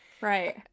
Right